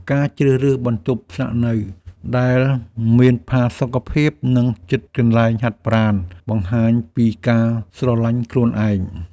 ការជ្រើសរើសបន្ទប់ស្នាក់នៅដែលមានផាសុកភាពនិងជិតកន្លែងហាត់ប្រាណបង្ហាញពីការស្រឡាញ់ខ្លួនឯង។